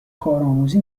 کارآموزی